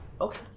Okay